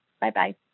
Bye-bye